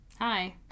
hi